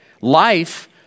Life